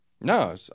No